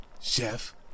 Chef